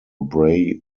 bray